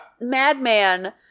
madman